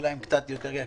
אולי הם קצת יותר יקשיבו.